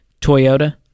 Toyota